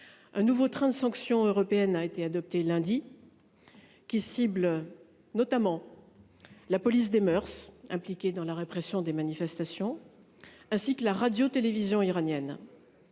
Un nouveau train de sanctions européennes a été adopté lundi. Qui cible notamment. La police des moeurs, impliqués dans la répression des manifestations. Ainsi que la radio-télévision iranienne.